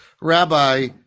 rabbi